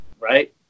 right